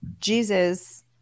Jesus